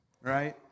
right